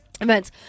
events